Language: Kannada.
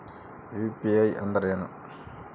ಯು.ಪಿ.ಐ ಅಂದ್ರೇನು?